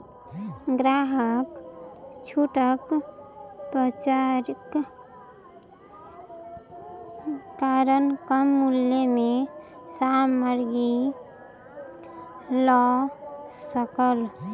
ग्राहक छूटक पर्चाक कारण कम मूल्य में सामग्री लअ सकल